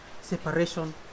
separation